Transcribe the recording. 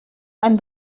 and